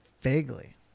Vaguely